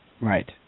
Right